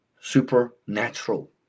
supernatural